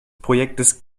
projektes